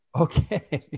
Okay